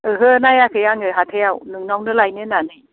ओहो नायाखै आङो हाथायाव नोंनावनो लायनो होननानै